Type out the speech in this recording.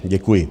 Děkuji.